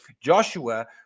Joshua